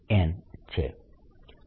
n છે